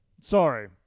Sorry